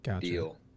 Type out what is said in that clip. deal